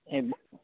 एब